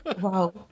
Wow